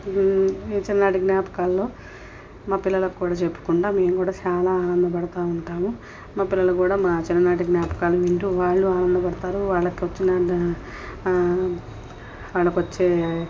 చిన్ననాటి జ్ఞాపకాలలో మా పిల్లలకు కూడా చెప్పుకుంటా మేము కూడా చానా ఆనందపడుతూ ఉంటాము మా పిల్లలు కూడా మా చిన్ననాటి జ్ఞాపకాలు వింటూ వాళ్ళు ఆనందపడుతారు వాళ్ళకు వచ్చిన వాళ్ళకు వచ్చే